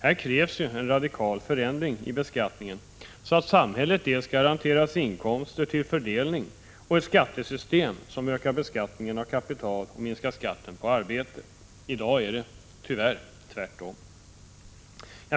Här krävs en radikal förändring i beskattningen, så att samhället garanteras inkomster till fördelning och ett skattesystem som ökar beskattningen av kapital och minskar skatten på arbete. I dag är det tyvärr tvärtom.